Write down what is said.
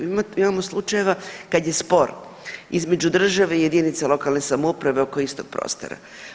Mi imamo slučajeva kad je spor između države i jedinice lokalne samouprave oko istog prostora.